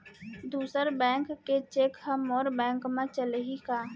दूसर बैंक के चेक ह मोर बैंक म चलही का?